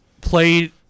played